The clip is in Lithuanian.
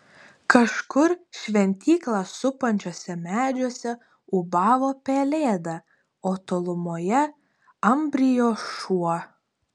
kažkur šventyklą supančiuose medžiuose ūbavo pelėda o tolumoje ambrijo šuo